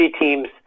teams